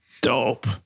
Dope